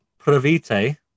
Provite